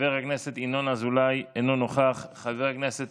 חבר הכנסת